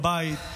בבית,